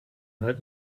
halt